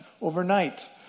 overnight